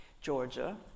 Georgia